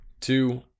Two